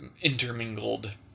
intermingled